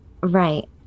Right